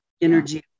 energy